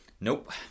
Nope